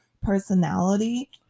personality